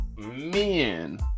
men